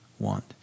want